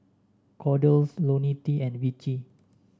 Kordel's IoniL T and Vichy